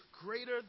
greater